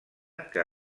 que